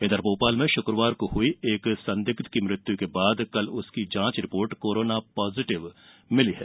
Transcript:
इधर भोपाल में शुकवार को हुई संदिग्ध की मृत्यु के बाद कल उसकी जांच रिपोर्ट कोरोना पॉजीटिव मिली है